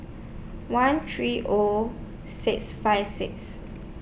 one three O six five six